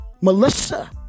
Melissa